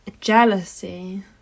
jealousy